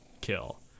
kill